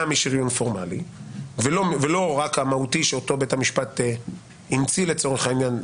משריון פורמלי ולא רק המהותי שאותו בית המשפט המציא לצורך העניין,